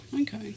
Okay